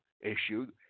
issue